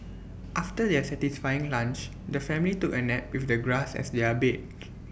after their satisfying lunch the family took A nap with the grass as their bed